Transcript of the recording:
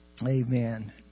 amen